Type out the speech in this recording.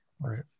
Right